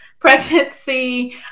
pregnancy